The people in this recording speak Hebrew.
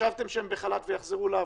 שחשבתם שהם בחל"ת ויחזרו לעבודה,